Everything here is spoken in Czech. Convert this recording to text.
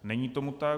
Není tomu tak.